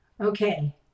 Okay